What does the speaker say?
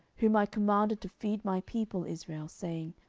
whom i commanded to feed my people israel, saying,